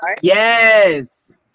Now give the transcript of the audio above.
Yes